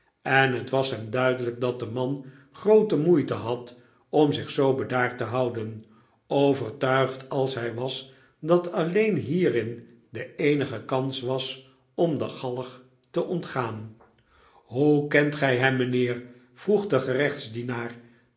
en het was hem duidelijk dat de man groote moeite had om zich zoo bedaard te houden overtuigd als hij was dat alleen hierin de eenige kans wasom de galg te ontgaan hoe kent gij hem mijnheer vroeg de